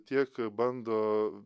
tiek bando